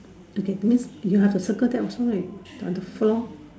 okay means you have to circle that also right on the floor